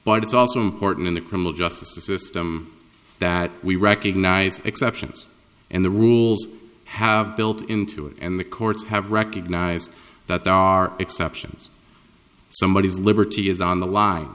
but it's also important in the criminal justice system that we recognize exceptions and the rules have built into it and the courts have recognized that there are exceptions somebodies liberty is on the line